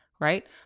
right